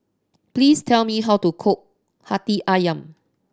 please tell me how to cook Hati Ayam